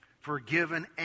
Forgiven